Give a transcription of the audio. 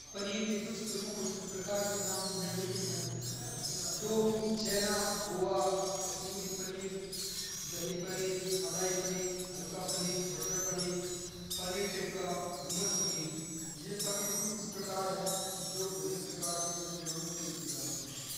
पनीर के कुछ प्रमुख प्रकार के नाम निम्नलिखित होत हैं। टोफू, चेन, खोया, कसूरी पनीर, दही पनीर, मलाई पनीर, हल्का पनीर, मटर पनीर, पनीर टिक्का, हुमस पनीर। यह पनीर कुछ इस प्रकार हैं। जो विभिन्न प्रकार के व्यंजनों में प्रयोग किए जात हैं।